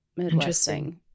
interesting